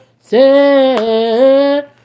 say